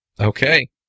Okay